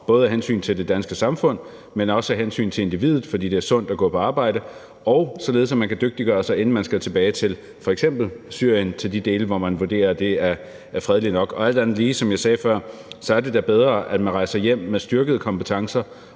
både af hensyn til det danske samfund, men også af hensyn til individet, fordi det er sundt at gå på arbejde, og for at man kan dygtiggøre sig, inden man skal tilbage til f.eks. Syrien, til de dele, hvor det vurderes, at der er fredeligt nok. Alt andet lige, som jeg sagde før, er det da bedre, at man rejser hjem med styrkede kompetencer